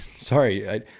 Sorry